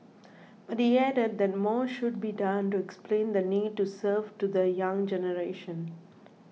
but he added that more should be done to explain the need to serve to the young generation